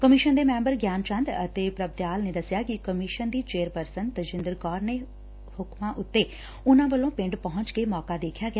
commission ਦੇ member Gian Chand ਅਤੇ ਪ੍ਰਭਦਿਆਲ ਨੇ ਦਸਿਆ ਕਿ ਕਮਿਸ਼ਨ ਦੀ ਚੇਅਰਪਰਸਨ ਤਜਿੰਦਰ ਕੌਰ ਦੇ ਹੁਕਮਾਂ ਉਤੇ ਉਨ੍ਹਾਂ ਵੱਲੋਂ ਪਿੰਡ ਪਹੁੰਚ ਕੇ ਮੌਕਾ ਦੇਖਿਆ ਗਿਆ